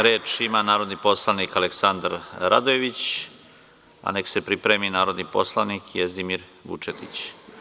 Reč ima narodni poslanik Aleksandar Radojević, a neka se pripremi narodni poslanik Jezdimir Vučetić.